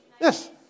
Yes